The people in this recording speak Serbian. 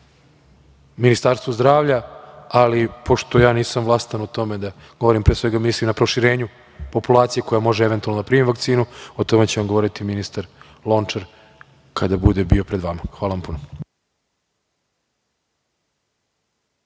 Ministarstvu zdravlja, ali pošto ja nisam vlastan o tome da govorim, pre svega mislim na proširenje populacije koja može eventualno da primi vakcinu, o tome će vam govoriti ministar Lončar, kada bude bio pred vama. Hvala vam puno.